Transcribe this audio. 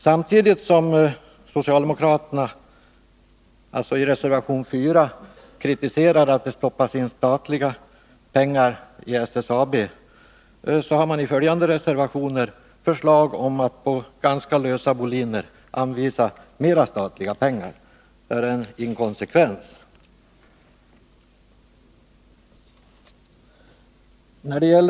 Samtidigt som socialdemokraterna i reservation 4 kritiserar att det stoppas in statliga pengar i SSAB, har de i följande reservationer förslag om att på ganska lösa boliner anvisa mera statliga pengar. Här är en inkonsekvens.